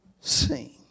seen